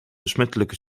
besmettelijke